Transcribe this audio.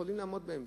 שאפשר לעמוד בהם.